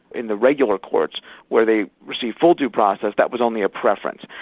in the regular courts where they received full due process, that was only a preference,